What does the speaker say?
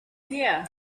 here